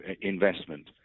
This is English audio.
investment